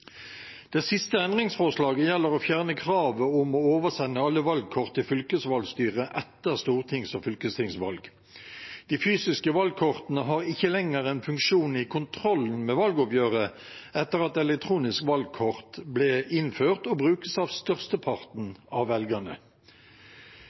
Det siste endringsforslaget gjelder å fjerne kravet om å oversende alle valgkort til fylkesvalgstyret etter stortings- og fylkestingsvalg. De fysiske valgkortene har ikke lenger den funksjonen i kontrollen med valgoppgjøret etter at elektronisk valgkort ble innført og brukes av størsteparten